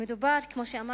כמו שאמרתי,